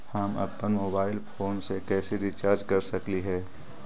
हम अप्पन mobile phone के कैसे रिचार्ज कर सकली हे?